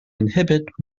inhibit